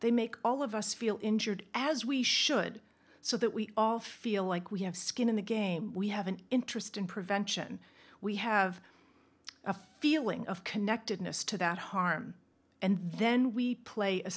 they make all of us feel injured as we should so that we all feel like we have skin in the game we have an interest in prevention we have a feeling of connectedness to that harm and then we play a